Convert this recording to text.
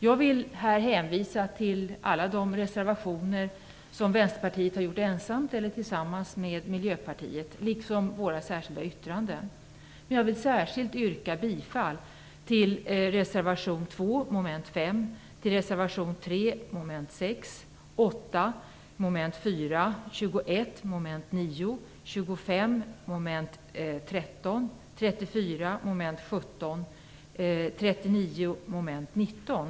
Jag vill här hänvisa till alla de reservationer som Vänsterpartiet ensamt står bakom och de reservationer som Vänsterpartiet har tillsammans med Miljöpartiet, liksom våra särskilda yttranden. Men jag vill särskilt yrka bifall till reservation 2, mom. 5, reservation 3, mom. 6, reservation 8, mom. 4, reservation 21, mom. 9, reservation 25, mom. 13, reservation 34, mom. 17 och reservation 39, mom. 19.